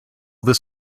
this